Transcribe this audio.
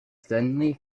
suddenly